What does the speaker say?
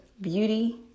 beauty